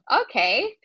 okay